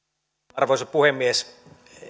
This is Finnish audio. arvoisa puhemies